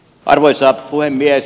arvoisa puhemies